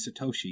Satoshi